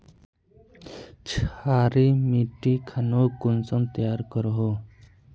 क्षारी मिट्टी खानोक कुंसम तैयार करोहो?